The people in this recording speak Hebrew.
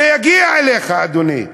זה יגיע אליך, אדוני.